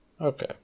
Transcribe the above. Okay